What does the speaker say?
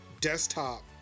desktop